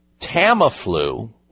Tamiflu